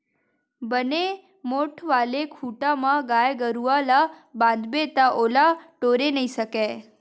बने मोठ्ठ वाले खूटा म गाय गरुवा ल बांधबे ता ओला टोरे नइ सकय